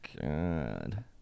god